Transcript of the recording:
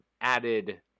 added